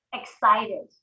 excited